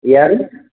யார்